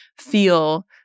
feel